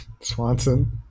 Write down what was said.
Swanson